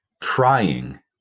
trying